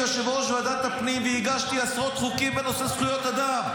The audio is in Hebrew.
אני הייתי יושב-ראש ועדת הפנים והגשתי עשרות חוקים בנושא זכויות אדם.